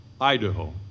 Idaho